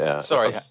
Sorry